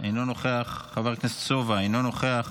אינו נוכח, חבר הכנסת סובה, אינו נוכח,